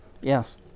yes